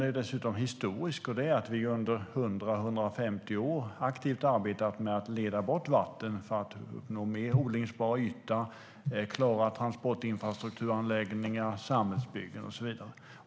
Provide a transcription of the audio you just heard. Den är dessutom historisk. Under 100-150 år har vi aktivt arbetat med att leda bort vatten för att uppnå mer odlingsbar yta och klara transportinfrastrukturanläggningar, samhällsbyggen och så vidare.